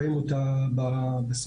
בהתאם לתע"ס,